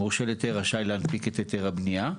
המורשה להיתר רשאי להנפיק את היתר הבניה.